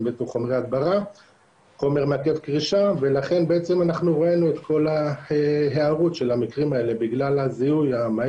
כי יש ועדה במקביל על הנושא של הטרדות מיניות ושני הנושאים מאוד חשובים